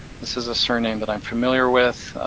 this is a surname that i'm familiar with.